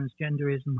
transgenderism